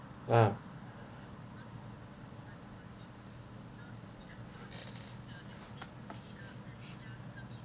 uh